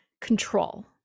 control